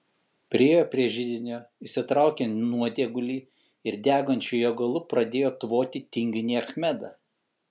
priėjo prie židinio išsitraukė nuodėgulį ir degančiu jo galu pradėjo tvoti tinginį achmedą